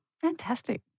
Fantastic